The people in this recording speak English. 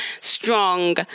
strong